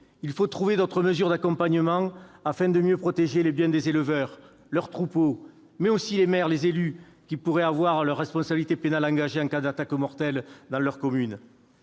Il faut trouver d'autres mesures d'accompagnement afin de mieux protéger les biens des éleveurs, leurs troupeaux, mais aussi les maires qui pourraient voir leur responsabilité pénale engagée en cas d'attaque mortelle dans leur commune.